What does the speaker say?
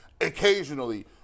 occasionally